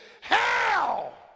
Hell